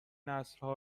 نسلها